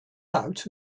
out